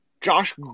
Josh